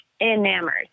enamored